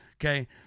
Okay